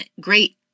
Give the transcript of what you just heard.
Great